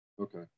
okay